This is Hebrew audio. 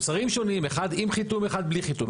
של מוצרים שונים, אחד עם חיתום, אחד בלי חיתום.